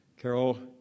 Carol